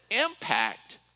impact